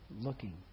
looking